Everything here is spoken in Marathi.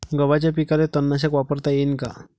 गव्हाच्या पिकाले तननाशक वापरता येईन का?